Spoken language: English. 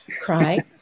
cry